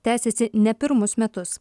tęsiasi ne pirmus metus